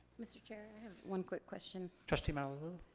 mr. chair, i have one quick question. trustee malauulu?